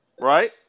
Right